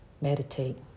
meditate